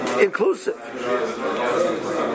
inclusive